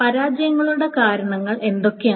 പരാജയങ്ങളുടെ കാരണങ്ങൾ എന്തൊക്കെയാണ്